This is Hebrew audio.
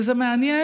וזה מעניין,